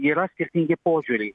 yra skirtingi požiūriai